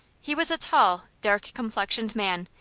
he was a tall, dark-complexioned man,